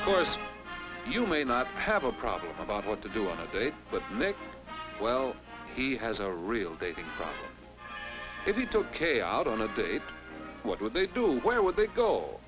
of course you may not have a problem about what to do on a date with well he has a real date if you took a out on a date what would they do where would they go